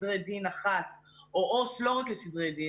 סוציאלית אחת לסדרי דין או עובדת סוציאלית לא רק לסדרי דין